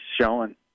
showing